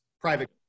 private